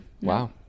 wow